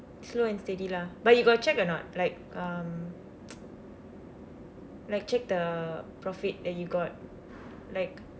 slow and steady lah but you got check or not like um like check the the profit that you got like